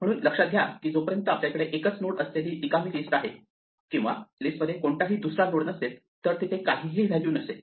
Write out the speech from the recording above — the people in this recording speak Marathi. म्हणून लक्षात घ्या की जोपर्यंत आपल्याकडे एकच नोड असलेली रिकामी लिस्ट आहे किंवा लिस्टमध्ये कोणताही दुसरा नोड नसेल तर तिथे काहीही व्हॅल्यू नसेल